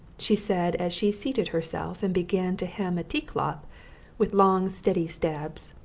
she said as she seated herself and began to hem a tea-cloth with long steady stabs,